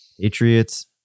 Patriots